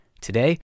Today